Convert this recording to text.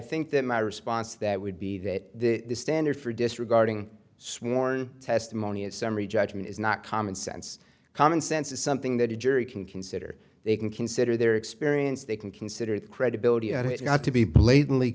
think that my response that would be that the standard for disregarding sworn testimony and summary judgment is not commonsense common sense is something that a jury can consider they can consider their experience they can consider the credibility of it not to be blatantly